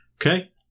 Okay